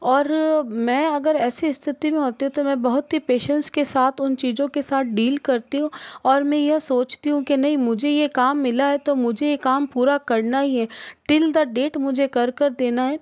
और मैं अगर ऐसी स्थिति में होती तो मैं बहुत ही पैसेन्स के साथ उन चीज़ों के साथ डील करती हूँ और मैं यह सोचती हूँ कि नहीं मुझे ये काम मिला है तो मुझे ये काम पूरा करना ही है टील द डेट मुझे कर कर देना है